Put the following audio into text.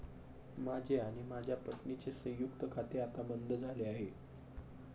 माझे आणि माझ्या पत्नीचे संयुक्त खाते आता बंद झाले आहे